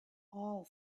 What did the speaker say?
all